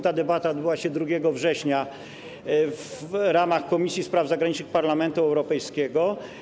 Ta debata odbyła się 2 września w ramach Komisji Spraw Zagranicznych Parlamentu Europejskiego.